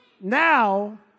now